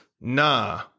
nah